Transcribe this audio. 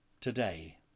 today